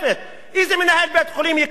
איזה מנהל בית-חולים ייקח אשה,